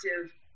active